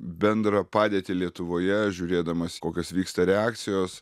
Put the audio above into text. bendrą padėtį lietuvoje žiūrėdamas kokios vyksta reakcijos